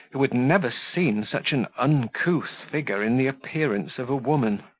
who had never seen such an uncouth figure in the appearance of a woman.